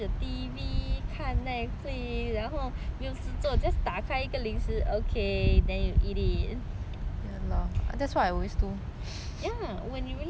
然后没有事情做 just 打开一个零食 okay then you eat it ya when you really nothing to do then 零食 is always your